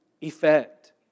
effect